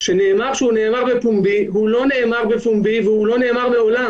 שנאמר שהוא נאמר בפומבי והוא לא נאמר בפומבי והוא לא נאמר מעולם.